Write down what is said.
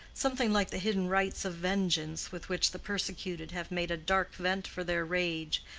something like the hidden rites of vengeance with which the persecuted have made a dark vent for their rage,